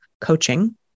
coaching